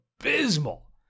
abysmal